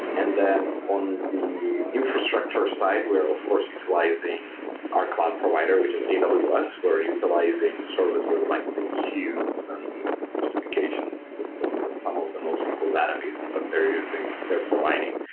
and then on the infrastructure side, we're of course utilizing our cloud provider, which is you know aws. we're utilizing services like the queues and notification systems and some of the nosql databases that they're using, they're providing,